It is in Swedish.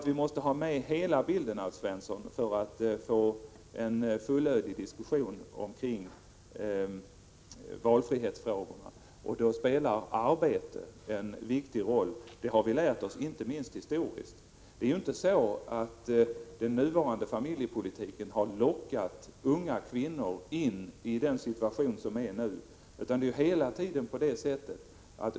Vi måste ha med hela bilden, Alf Svensson, för att få en fullödig diskussion om valfrihetsfrågorna. Då spelar arbete en viktigt roll. Det har vi lärt oss, inte minst genom historien. Det är ju inte så att den nuvarande familjepolitiken har lockat unga kvinnor in i den situation som vi nu befinner oss i.